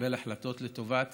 תקבל החלטות לטובת